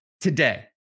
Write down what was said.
today